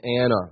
Anna